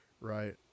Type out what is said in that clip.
right